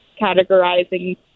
categorizing